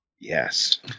Yes